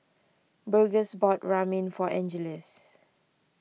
Burgess bought Ramen for Angeles